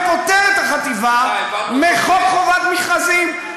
ופוטר את החטיבה מחוק חובת המכרזים.